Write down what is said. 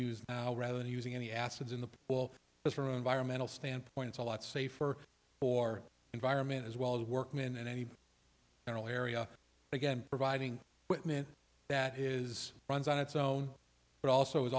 use now rather than using any acids in the wall is for environmental standpoint it's a lot safer for environment as well as workman and any general area again providing wittman that is runs on its own but also is